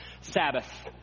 Sabbath